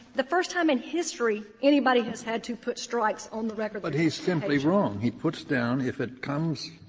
the first time in history anybody has had to put strikes on the record. kennedy but he's simply wrong. he puts down, if it comes